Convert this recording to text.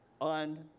on